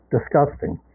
Disgusting